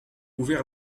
ouvert